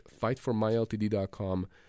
fightformyltd.com